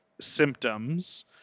symptoms